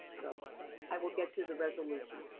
so i will get you the resolution.